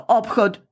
obchod